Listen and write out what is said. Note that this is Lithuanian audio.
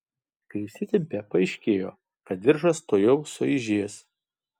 kai įsitempė paaiškėjo kad diržas tuojau sueižės